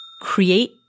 create